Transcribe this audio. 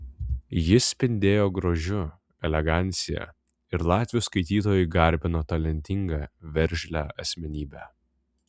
ji spindėjo grožiu elegancija ir latvių skaitytojai garbino talentingą veržlią asmenybę